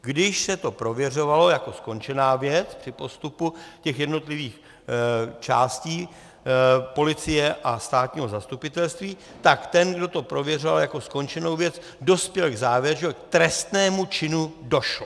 Když se to prověřovalo jako skončená věc při postupu těch jednotlivých částí policie a státního zastupitelství, tak ten, kdo to prověřoval jako skončenou věc, dospěl k závěru, že k trestnému činu došlo.